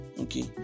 Okay